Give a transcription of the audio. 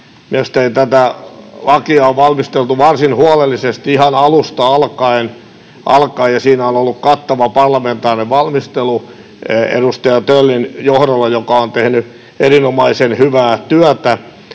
Mielestäni tätä lakia on valmisteltu varsin huolellisesti ihan alusta alkaen ja siinä on ollut kattava parlamentaarinen valmistelu edustaja Töllin johdolla, joka on tehnyt erinomaisen hyvää työtä.